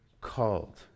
Called